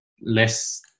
less